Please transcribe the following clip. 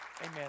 Amen